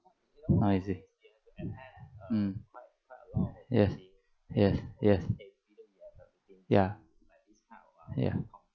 oh I see mm yes yes yes ya ya